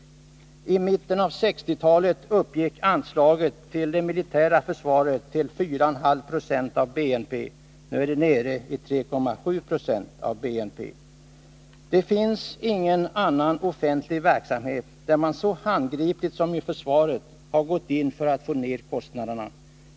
I mitten av 1960-talet uppgick anslaget till det militära försvaret till 4,5 96 av BNP. Nu är det nere i 3,7 20 av BNP. Det finns ingen annan offentlig verksamhet där man så handgripligt som i försvaret har gått in för att få ned kostnaderna.